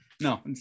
no